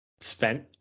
spent